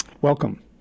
welcome